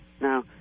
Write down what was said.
Now